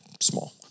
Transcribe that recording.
small